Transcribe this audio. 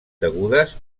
degudes